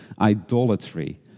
idolatry